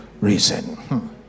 reason